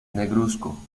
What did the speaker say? negruzco